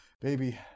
Baby